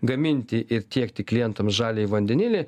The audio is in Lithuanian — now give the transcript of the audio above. gaminti ir tiekti klientams žaliąjį vandenilį